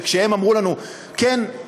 וכשהם אמרו לנו: כן,